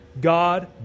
God